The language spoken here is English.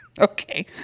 okay